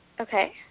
Okay